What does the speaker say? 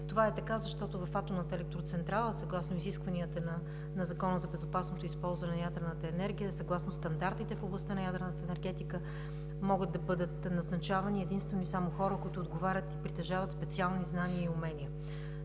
Това е така, защото в атомната електроцентрала съгласно изискванията на Закона за безопасното използване на ядрената енергия, съгласно стандартите в областта на ядрената енергетика, могат да бъдат назначавани единствено и само хора, които отговарят и притежават специални знания и умения.